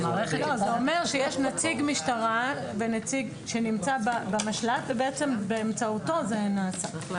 זה אומר שיש נציג משטרה ונציג שנמצא במשל"ט ובעצם באמצעותו זה נעשה.